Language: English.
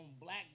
black